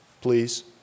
Please